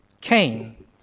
Cain